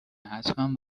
حتمن